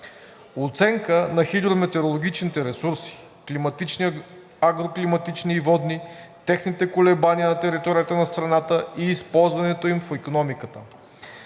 оценка на хидрометеорологичните ресурси – климатични, агроклиматични и водни, техните колебания на територията на страната и използването им в икономиката;